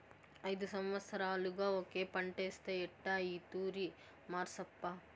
ఐదు సంవత్సరాలుగా ఒకే పంటేస్తే ఎట్టా ఈ తూరి మార్సప్పా